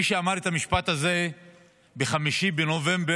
מי שאמר את המשפט הזה ב-5 בנובמבר